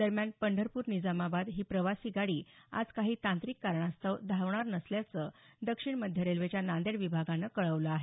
दरम्यान पंढरपूर निझामाबाद हि प्रवासी गाडी आज काही तांत्रिक कारणास्तव धावणार नसल्याचं दक्षिण मध्य रेल्वेच्या नांदेड विभागान कळवलं आहे